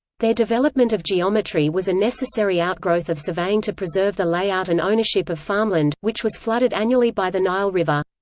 their development of geometry was a necessary outgrowth of surveying to preserve the layout and ownership of farmland, which was flooded annually by the nile river.